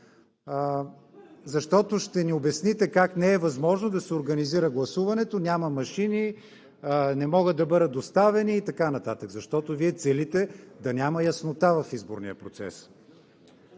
защото ще ни обясните как не е възможно да се организира гласуването: няма машини, не могат да бъдат доставени и така нататък, защото Вие целите да няма яснота в изборния процес.